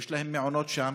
יש להם מעונות שם